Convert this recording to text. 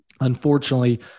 Unfortunately